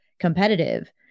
competitive